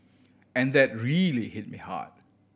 and that really hit me hard